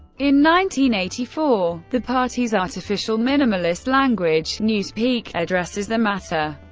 in nineteen eighty-four, the party's artificial, minimalist language newspeak addresses the matter.